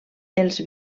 els